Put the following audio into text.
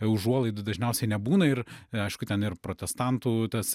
užuolaidų dažniausiai nebūna ir aišku ten ir protestantų tas